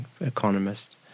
economist